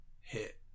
hit